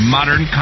Modern